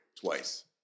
twice